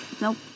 Nope